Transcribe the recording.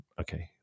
Okay